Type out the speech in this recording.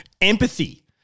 empathy